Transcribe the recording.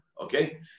okay